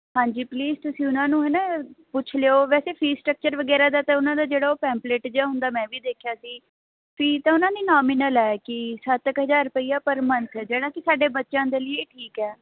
ਹਾਂਜੀ ਪਲੀਜ਼ ਤੁਸੀਂ ਉਹਨਾਂ ਨੂੰ ਹਨਾਂ ਪੁੱਛ ਲਿਓ ਵੈਸੇ ਫ਼ੀਸ ਸਟੱਕਚਰ ਵਗੈਰਾ ਦਾ ਤਾਂ ਉਹਨਾਂ ਦਾ ਜਿਹੜਾ ਪੈਮਪਲੇਟ ਜਿਹਾ ਹੁੰਦਾ ਮੈਂ ਵੀ ਦੇਖਿਆ ਸੀ ਫ਼ੀਸ ਤਾਂ ਉਹਨਾਂ ਨੇ ਨੋਮੀਨਲ ਹੈ ਕਿ ਸੱਤ ਕੁ ਹਜ਼ਾਰ ਰੁਪਇਆ ਪਰ ਮੰਥ ਜਿਹੜਾ ਕਿ ਸਾਡੇ ਬੱਚਿਆਂ ਦੇ ਲਈ ਠੀਕ ਹੈ